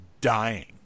dying